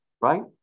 right